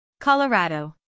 Colorado